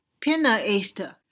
pianoist